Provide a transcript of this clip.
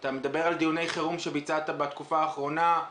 אתה מדבר על דיוני חירום שביצעת בתקופה האחרונה.